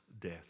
death